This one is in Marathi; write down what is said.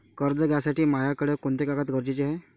कर्ज घ्यासाठी मायाकडं कोंते कागद गरजेचे हाय?